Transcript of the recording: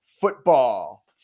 football